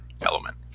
element